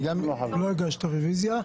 אנחנו לא עושים הצעות לסדר בוועדת הכנסת.